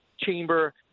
chamber